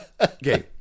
Okay